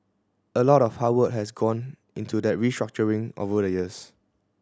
a lot of hard work has gone into that restructuring over the years